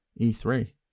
e3